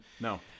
No